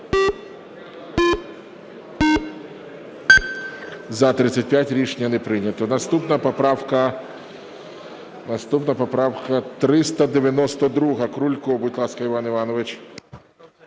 За-35 Рішення не прийнято. Наступна поправка 392, Крулько. Будь ласка, Іван Іванович.